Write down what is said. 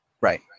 Right